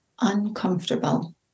uncomfortable